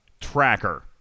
tracker